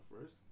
first